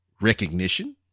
recognition